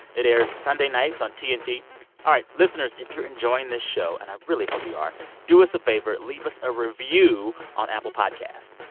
it airs sunday nights on tnt. all right. listeners, if you're enjoying this show and i really hope you are do us a favor. leave us a review on apple podcasts.